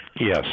Yes